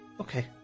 Okay